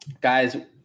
Guys